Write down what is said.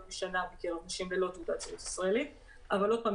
בשנה בקרב נשים ללא תעודת זהות ישראלית אבל שוב,